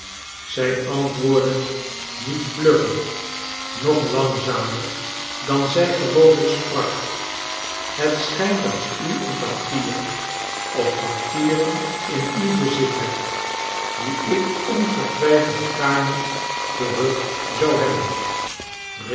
zij a ntwoordde niet vlugger noch langzamer dan zij gewoonlijk sprak het sciijnt dat u een papier of papieren in uw bezit hebt die ik ongetwijfeld gaarne terug zou hebben